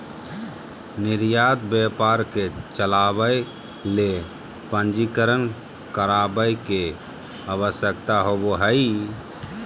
निर्यात व्यापार के चलावय ले पंजीकरण करावय के आवश्यकता होबो हइ